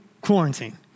quarantine